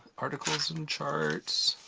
articles and charts.